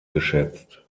geschätzt